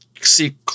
see